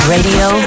Radio